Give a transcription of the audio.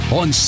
on